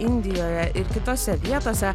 indijoje ir kitose vietose